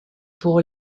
pour